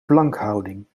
plankhouding